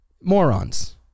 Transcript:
Morons